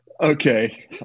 Okay